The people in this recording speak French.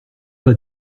pas